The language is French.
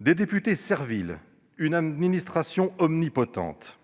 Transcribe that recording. Des députés serviles, une administration omnipotente :